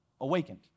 awakened